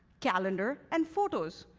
calendar, and photos,